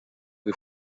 que